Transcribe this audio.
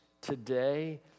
today